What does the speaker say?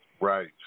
Right